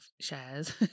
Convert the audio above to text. shares